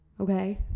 okay